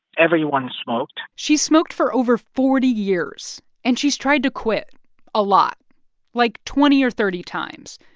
everyone smoked she's smoked for over forty years. and she's tried to quit a lot like, twenty or thirty times.